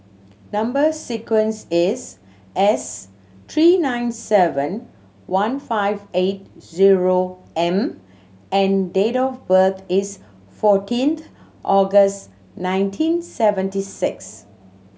number sequence is S three nine seven one five eight zero M and date of birth is fourteenth August nineteen seventy six